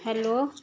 hello